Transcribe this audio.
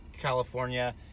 California